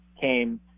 came